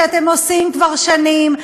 שאתם עושים כבר שנים,